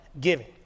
giving